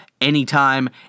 anytime